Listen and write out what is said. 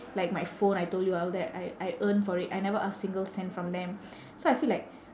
like my phone I told you all that I I earn for it I never ask single cent from them so I feel that